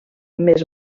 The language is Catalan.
més